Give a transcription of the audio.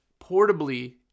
portably